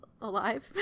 alive